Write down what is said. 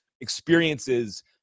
experiences